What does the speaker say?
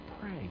pray